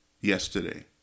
yesterday